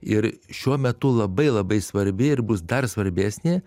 ir šiuo metu labai labai svarbi ir bus dar svarbesnė